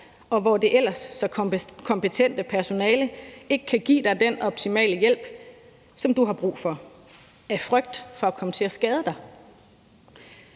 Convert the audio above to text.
og hvor det ellers så kompetente personale ikke kan give dig den optimale hjælp, som du har brug for, af frygt for at komme til at skade dig.